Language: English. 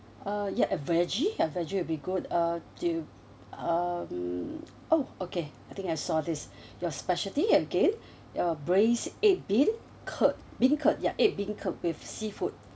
uh yup a veggie a veggie will be good uh do you um oh okay I think I saw this your speciality again your braised egg bean curd bean curd ya egg bean curd with seafood